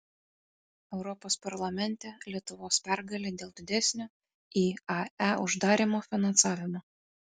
europos parlamente lietuvos pergalė dėl didesnio iae uždarymo finansavimo